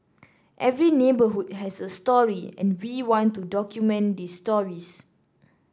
every neighbourhood has a story and we want to document these stories